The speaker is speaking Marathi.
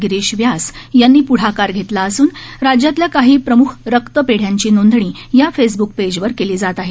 गिरीश व्यास यांनी प्ढाकार घेतला असून राज्यातील काही प्रमुख रक्तपेढ़याची नोंदणी या फेसब्क पेजवर केली जात आहे